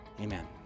Amen